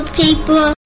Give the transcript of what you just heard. people